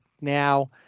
now